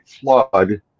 flood